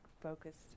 focused